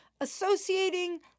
associating